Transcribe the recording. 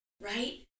right